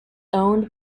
owned